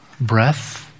breath